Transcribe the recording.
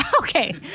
Okay